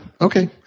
okay